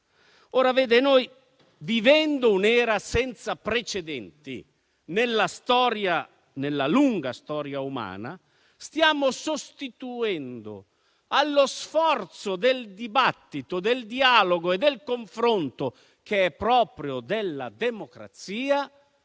politica. Noi, vivendo un'era senza precedenti nella lunga storia umana, stiamo sostituendo allo sforzo del dibattito, del dialogo e del confronto, che è proprio della democrazia,